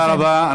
תודה רבה.